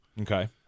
okay